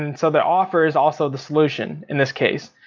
and so the offer is also the solution in this case.